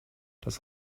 das